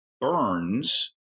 Burns